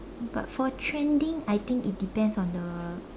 but for trending I think it depends on the